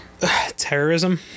Terrorism